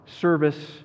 service